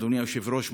אדוני היושב-ראש,